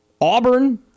auburn